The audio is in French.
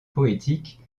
poétiques